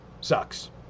Sucks